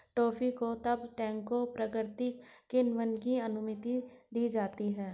coffee को तब टैंकों प्राकृतिक किण्वन की अनुमति दी जाती है